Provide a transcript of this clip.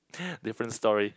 different story